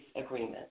agreement